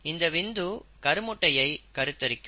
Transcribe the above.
இந்த விந்து கருமுட்டையை கருத்தரிக்கும்